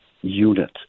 unit